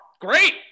great